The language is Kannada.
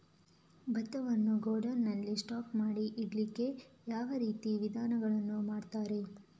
ಭತ್ತವನ್ನು ಗೋಡೌನ್ ನಲ್ಲಿ ಸ್ಟಾಕ್ ಮಾಡಿ ಇಡ್ಲಿಕ್ಕೆ ಯಾವ ರೀತಿಯ ವಿಧಾನಗಳನ್ನು ಮಾಡ್ತಾರೆ?